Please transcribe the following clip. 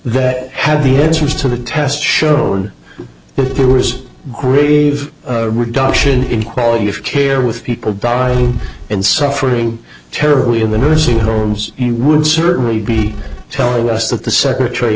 they had the answers to the test show on the poorest grave reduction in quality of care with people dying and suffering terribly in the nursing homes you would certainly be telling us that the secretary